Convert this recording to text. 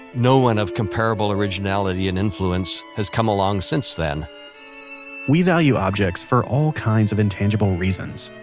no one of comparable originality and influence has come along since then we value objects for all kinds of intangible reasons,